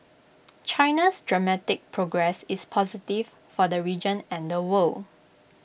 China's dramatic progress is positive for the region and the world